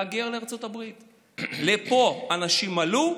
החליטו להגר לארצות הברית, לפה אנשים עלו,